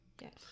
Yes